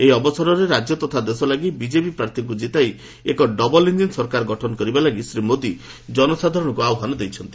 ଏହି ଅବସରରେ ରାଜ୍ୟ ତଥା ଦେଶ ଲାଗି ବିଜେପି ପ୍ରାର୍ଥୀଙ୍କୁ ଜିତାଇ ଏକ ଡବଲ ଇଞ୍ଜିନ୍ ସରକାର ଗଠନ କରିବା ଲାଗି ଶ୍ରୀ ମୋଦି ଜନସାଧାରଣଙ୍କ ଆହ୍ୱାନ ଦେଇଛନ୍ତି